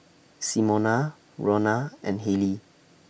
Simona Ronna and Halie